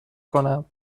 کنم